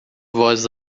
voz